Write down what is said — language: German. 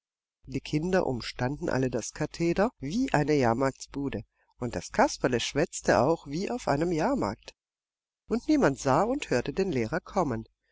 die kinder umstanden alle das katheder wie eine jahrmarktsbude und das kasperle schwätzte auch wie auf einem jahrmarkt und niemand sah und hörte den lehrer kommen